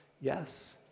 yes